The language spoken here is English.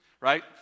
right